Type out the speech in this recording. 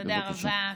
תודה רבה,